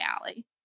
alley